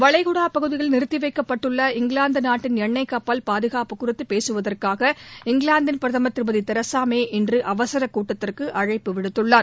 வளைகுடா பகுதியில் நிறுத்திவைக்கப்பட்டுள்ள இங்கிலாந்து நாட்டின் எண்ணெய் கப்பல் பாதுகாப்பு குறித்து பேசுவதற்காக இங்கிலாந்தின் பிரதமர் திருமதி தெரசா மே இன்று அவசரக் கூட்டத்திற்கு அழைப்பு விடுத்துள்ளார்